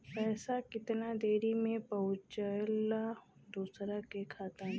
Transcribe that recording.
पैसा कितना देरी मे पहुंचयला दोसरा के खाता मे?